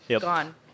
gone